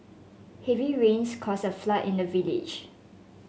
heavy rains caused a flood in the village